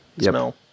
smell